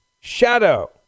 shadow